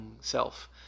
self